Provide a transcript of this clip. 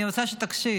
אני רוצה שתקשיב,